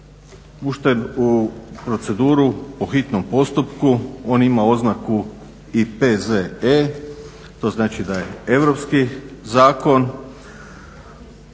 pušten u proceduru po hitnom postupku, on ima oznaku i P.Z.E. to znači da je europski zakon